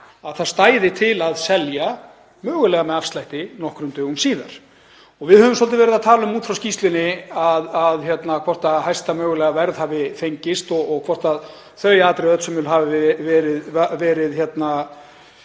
að það stæði til að selja, mögulegan með afslætti, nokkrum dögum síðar. Við höfum svolítið verið að tala um út frá skýrslunni hvort hæsta mögulega verð hafi fengist og hvort þau atriði öllsömul hafi verið gerð